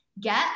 Get